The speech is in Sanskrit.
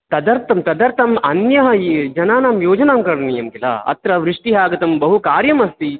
तदर्थं तदर्थं अन्यः जनानां योजनां करणीयं किल अत्र वृष्टिः आगतं बहु कार्यमस्ति